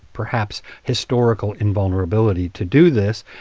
perhaps, historical invulnerability to do this.